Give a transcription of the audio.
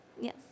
Yes